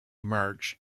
march